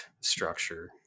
structure